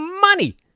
money